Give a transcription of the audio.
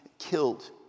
killed